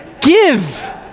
give